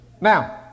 Now